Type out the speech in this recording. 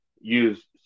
use